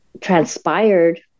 transpired